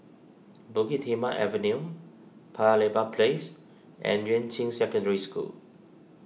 Bukit Timah Avenue Paya Lebar Place and Yuan Ching Secondary School